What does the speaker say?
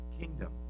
kingdom